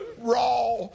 raw